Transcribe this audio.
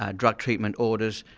ah drug treatment orders,